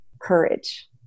courage